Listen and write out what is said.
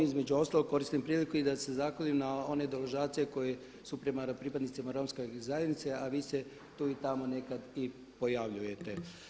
Između ostalog koristim priliku i da se zahvalim na onim deložacijama koje su prema pripadnicima Romske zajednice a vi ste tu i tamo nekad i pojavljujete.